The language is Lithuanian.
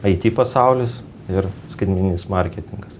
ai ti pasaulis ir skaitmeninis marketingas